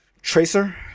tracer